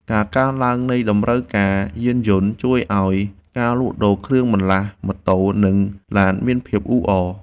ការកើនឡើងនៃតម្រូវការយានជំនិះ ជួយឱ្យការលក់ដូរគ្រឿងបន្លាស់ម៉ូតូ និងឡានមានភាពអ៊ូអរ។